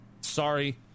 sorry